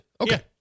Okay